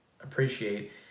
appreciate